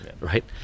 Right